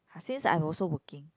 ah since I am also working